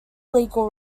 legal